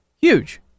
Huge